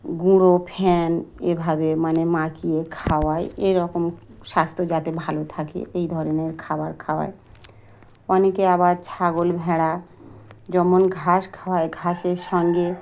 গুঁড়ো ফ্যান এভাবে মানে মাখিয়ে খাওয়ায় এরকম স্বাস্থ্য যাতে ভালো থাকে এই ধরনের খাবার খাওয়ায় অনেকে আবার ছাগল ভেড়া যেমন ঘাস খাওয়ায় ঘাসের সঙ্গে